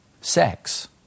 Sex